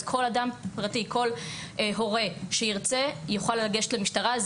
אז כל אדם פרטי וכל הורה שירצה יוכל לגשת למשטרה.